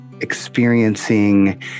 experiencing